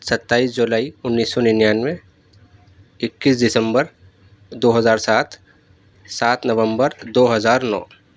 ستائیس جولائی انیس سو ننانوے اکیس دسمبر دو ہزار سات سات نومبر دو ہزار نو